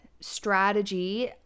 strategy